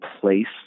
place